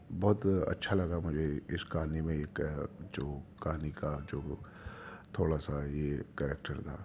بہت اچھا لگا مجھے اس کہانی میں ایک جو کہانی کا جو وہ تھوڑا سا یہ کیریکٹر تھا